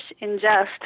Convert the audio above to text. ingest